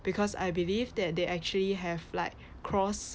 because I believe that they actually have like cross